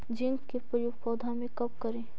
Zinc के प्रयोग पौधा मे कब करे?